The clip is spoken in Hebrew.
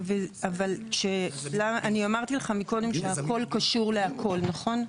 אבל אני אמרתי לך מקודם שהכל קשור להכל, נכון?